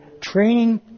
training